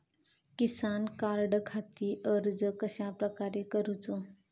किसान कार्डखाती अर्ज कश्याप्रकारे करूचो?